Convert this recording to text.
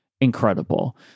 incredible